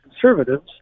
Conservatives